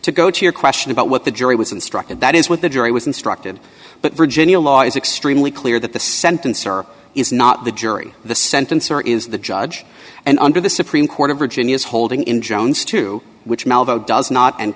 to go to your question about what the jury was instructed that is what the jury was instructed but virginia law is extremely clear that the sentence or is not the jury the sentencer is the judge and under the supreme court of virginia's holding in jones to which malveaux does not and